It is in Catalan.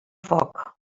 foc